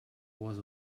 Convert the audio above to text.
was